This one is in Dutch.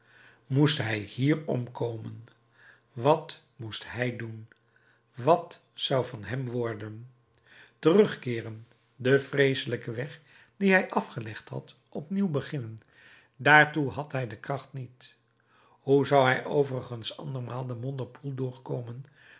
moest hij hier omkomen wat moest hij doen wat zou van hem worden terugkeeren den vreeselijken weg dien hij afgelegd had opnieuw beginnen daartoe had hij de kracht niet hoe zou hij overigens andermaal den modderpoel doorkomen